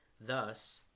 Thus